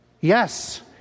Yes